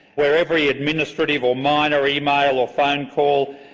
where every administrative or minor email or phone call,